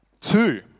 two